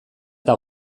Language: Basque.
eta